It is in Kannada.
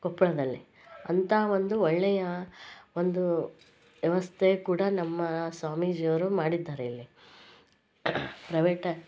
ಕೊಪ್ಪಳದಲ್ಲಿ ಅಂಥಾ ಒಂದು ಒಳ್ಳೆಯ ಒಂದು ವ್ಯವಸ್ಥೆ ಕೂಡ ನಮ್ಮ ಸ್ವಾಮೀಜಿಯವರು ಮಾಡಿದ್ದಾರೆ ಇಲ್ಲಿ ಪ್ರವೇಟ್